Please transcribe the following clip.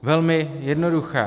Velmi jednoduché.